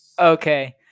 okay